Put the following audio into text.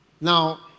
Now